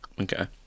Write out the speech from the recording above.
Okay